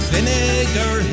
Vinegar